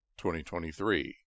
2023